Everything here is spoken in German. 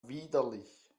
widerlich